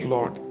Lord